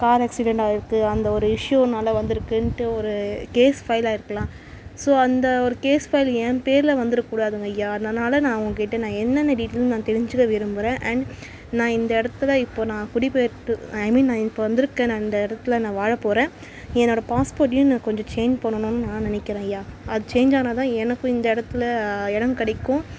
car accident ஆகிருக்கு அந்த ஒரு இஷ்யூனால் வந்திருக்குன்ட்டு ஒரு கேஸ் ஃபைல் ஆகிருக்கலாம் ஸோ அந்த ஒரு கேஸ் ஃபைல் என் பேரில் வந்துடக்கூடாதுங்க ஐயா அதனால் நான் உங்கள் கிட்டே நான் என்னென்ன டீட்டெயில்னு நான் தெரிஞ்சுக்க விரும்புகிறேன் அண்ட் நான் இந்த இடத்துல இப்போது நான் குடிப்பெயர்ந்து ஐ மீன் நான் இப்போ வந்திருக்கேன்னே இந்த இடத்துல நான் வாழப் போகிறேன் என்னோடய பாஸ்போர்ட்டையும் நான் கொஞ்சம் சேஞ்ச் பண்ணணும்னு நான் நினைக்கிறேன் ஐயா அது சேஞ்ச் ஆனால்தான் எனக்கும் இந்த இடத்துல இடம் கிடைக்கும்